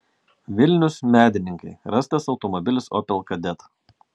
vilnius medininkai rastas automobilis opel kadett